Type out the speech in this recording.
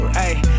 ayy